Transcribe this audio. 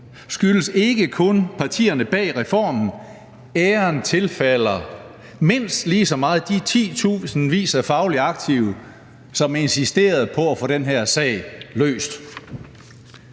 skyldes ikke kun partierne bag reformen. Æren tilfalder mindst lige så meget de titusindvis af fagligt aktive, som insisterede på at få den her sag løst.